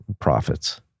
profits